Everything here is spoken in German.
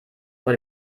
vor